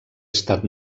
estat